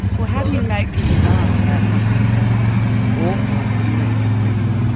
well how do you make people laugh about something as awful and serious as fritzel?